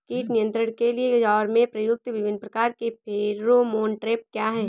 कीट नियंत्रण के लिए ज्वार में प्रयुक्त विभिन्न प्रकार के फेरोमोन ट्रैप क्या है?